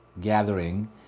gathering